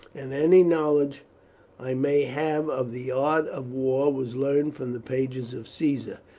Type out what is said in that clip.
and any knowledge i may have of the art of war was learned from the pages of caesar,